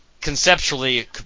conceptually